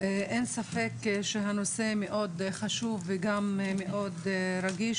אין ספק שהנושא חשוב מאוד ורגיש מאוד